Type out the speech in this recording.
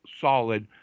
solid